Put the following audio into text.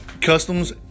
Customs